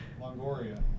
Longoria